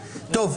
להצבעה.